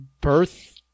birth